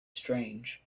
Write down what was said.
strange